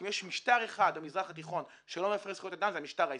כי אם יש משטר אחד במזרח התיכון שלא מפר זכויות אדם זה המשטר הישראלי.